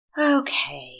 Okay